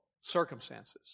circumstances